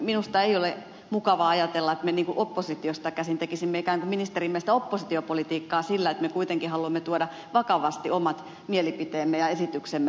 minusta ei ole mukavaa ajatella että me oppositiosta käsin tekisimme ministerin mielestä ikään kuin oppositiopolitiikkaa sillä että me kuitenkin haluamme tuoda vakavasti omat mielipiteemme ja esityksemme näkyviin